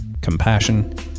compassion